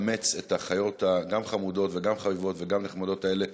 לאמץ את החיות החמודות וגם חביבות וגם נחמדות האלה,